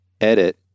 edit